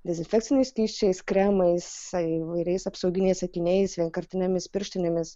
dezinfekciniais skysčiais kremais įvairiais apsauginiais akiniais vienkartinėmis pirštinėmis